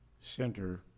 Center